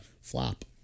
flop